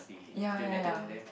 ya ya ya